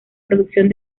producción